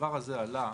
הדבר הזה עלה.